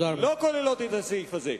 לא כוללות את הסעיף הזה.